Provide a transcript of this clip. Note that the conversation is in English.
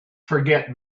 forget